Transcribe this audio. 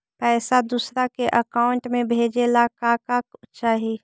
पैसा दूसरा के अकाउंट में भेजे ला का का चाही?